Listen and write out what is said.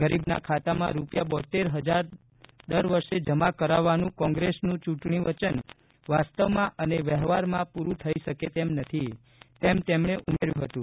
ગરીબના ખાતામાં રૂપિયા બોંત્તેર હજાર દર વર્ષે જમા કરાવવાનું કોંત્રેસનું ચુંટણી વચન વાસ્તવમાં અને વ્યવહારમાં પુરૂ થઇ શકે તેમ નથી તેમ તેમણે ઉમેર્યું હતું